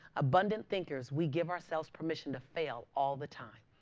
abundant thinkers, we give ourselves permission to fail all the time.